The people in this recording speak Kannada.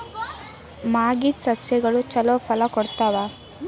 ಮಾಗಿದ್ ಸಸ್ಯಗಳು ಛಲೋ ಫಲ ಕೊಡ್ತಾವಾ?